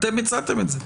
אתם הצעתם את זה,